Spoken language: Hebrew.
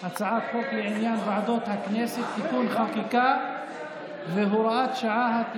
לעניין ועדות הכנסת (תיקוני חקיקה והוראת שעה),